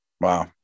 Wow